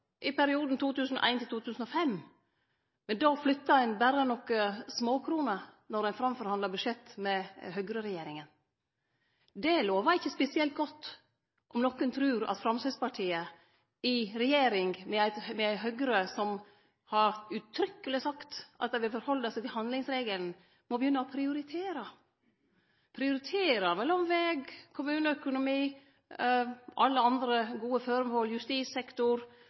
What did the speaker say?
i perioden 2001–2005, men då flytta ein berre nokre småkroner då ein forhandla fram budsjett med høgreregjeringa. Det lovar ikkje spesielt godt om nokon trur at Framstegspartiet i regjering med Høgre, som har sagt uttrykkeleg at dei vil halde seg til handlingsregelen, må begynne å prioritere mellom veg, kommuneøkonomi og alle andre gode føremål – som justissektor